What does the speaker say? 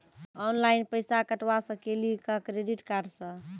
Online पैसा कटवा सकेली का क्रेडिट कार्ड सा?